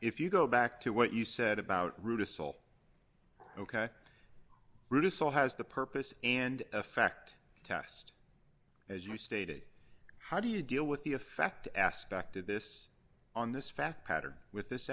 if you go back to what you said about root issel ok russo has the purpose and effect test as you stated how do you deal with the effect aspect of this on this fact pattern with this